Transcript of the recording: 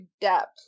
depth